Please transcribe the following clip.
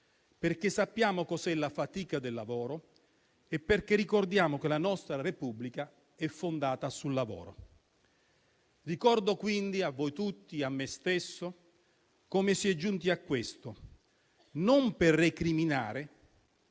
perché sappiamo cos'è la fatica del lavoro e perché ricordiamo che la nostra Repubblica è fondata sul lavoro. Ricordo quindi a voi tutti e a me stesso come si è giunti a questo non per recriminare,